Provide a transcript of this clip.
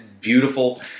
beautiful